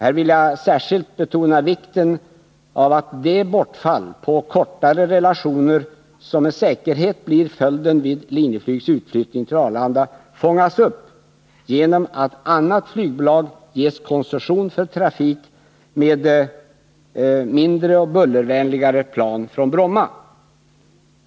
Här vill jag särskilt betona vikten av att det bortfall på kortare relationer som med säkerhet blir följden vid LIN:s utflyttning till Arlanda fångas upp genom att annat flygbolag ges koncession för trafik med mindre och bullervänligare plan från Bromma.